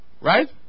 Right